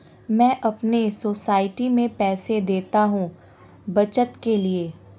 मैं अपने सोसाइटी में पैसे देता हूं बचत के लिए